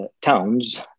towns